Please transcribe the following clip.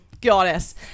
goddess